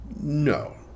No